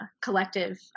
collective